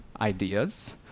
ideas